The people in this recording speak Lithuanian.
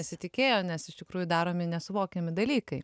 nesitikėjo nes iš tikrųjų daromi nesuvokiami dalykai